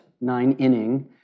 nine-inning